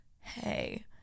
hey